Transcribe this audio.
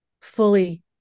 fully